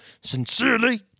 Sincerely